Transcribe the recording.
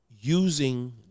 using